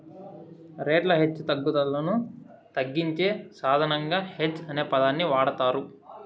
రేట్ల హెచ్చుతగ్గులను తగ్గించే సాధనంగా హెడ్జ్ అనే పదాన్ని వాడతారు